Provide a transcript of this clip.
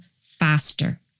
faster